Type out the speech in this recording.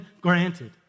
granted